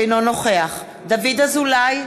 אינו נוכח דוד אזולאי,